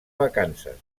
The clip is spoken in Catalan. vacances